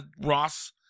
Ross